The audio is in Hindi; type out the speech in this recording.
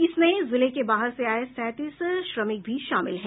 इसमें जिले के बाहर से आये सैंतीस श्रमिक भी शामिल हैं